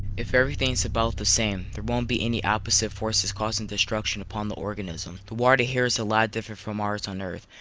if everything is about the same, there won't be any opposite forces causing destruction upon the organism. the water here is a lot different from ours on earth.